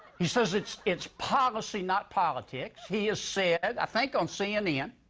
he says it's it's policy, not politics. he has said, i think on cnn,